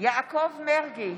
יעקב מרגי,